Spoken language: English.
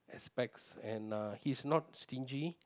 aspects and uh he's not stingy